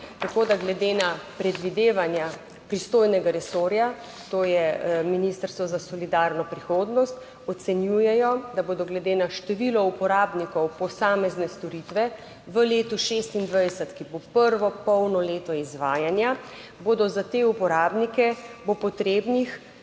tako da glede na predvidevanja pristojnega resorja, to je Ministrstvo za solidarno prihodnost ocenjujejo, da bodo glede na število uporabnikov posamezne storitve v letu 2026, ki bo prvo polno leto izvajanja, bodo za te uporabnike bo potrebnih